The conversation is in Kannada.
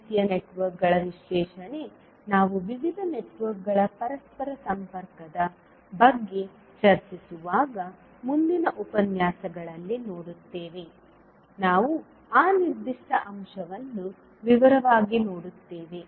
ಈ ರೀತಿಯ ನೆಟ್ವರ್ಕ್ಗಳ ವಿಶ್ಲೇಷಣೆ ನಾವು ವಿವಿಧ ನೆಟ್ವರ್ಕ್ಗಳ ಪರಸ್ಪರ ಸಂಪರ್ಕದ ಬಗ್ಗೆ ಚರ್ಚಿಸುವಾಗ ಮುಂದಿನ ಉಪನ್ಯಾಸಗಳಲ್ಲಿ ನೋಡುತ್ತೇವೆ ನಾವು ಆ ನಿರ್ದಿಷ್ಟ ಅಂಶವನ್ನು ವಿವರವಾಗಿ ನೋಡುತ್ತೇವೆ